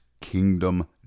kingdom